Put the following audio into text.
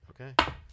Okay